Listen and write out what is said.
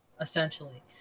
essentially